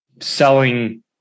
selling